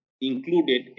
included